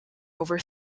over